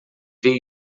veio